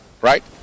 right